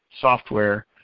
software